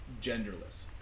genderless